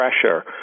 pressure